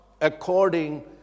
according